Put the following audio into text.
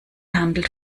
handelt